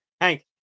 Hank